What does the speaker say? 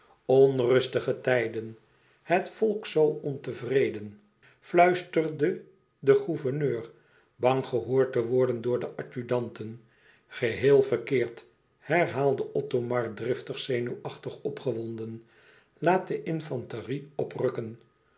onrustige tijden het volk zoo ontevreden fluisterde de gouverneur zacht bang gehoord te worden door de adjudanten geheel verkeerd herhaalde othomar driftig zenuwachtig opgewonden laat de infanterie oprukken